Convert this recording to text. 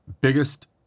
biggest